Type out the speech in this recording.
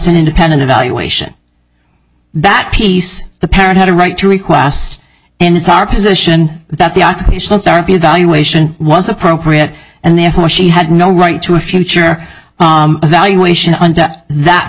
an independent evaluation that piece the parent had a right to request and it's our position that the occupational therapy evaluation was appropriate and therefore she had no right to a future valuation under that